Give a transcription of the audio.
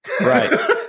Right